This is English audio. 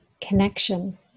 connection